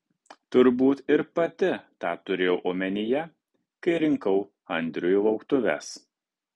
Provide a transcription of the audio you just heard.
turbūt ir pati tą turėjau omenyje kai rinkau andriui lauktuves